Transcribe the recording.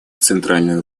центральную